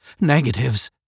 Negatives